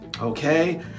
Okay